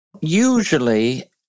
Usually